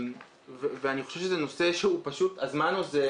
אני חושב שזה נושא שפשוט הזמן אוזל,